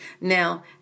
Now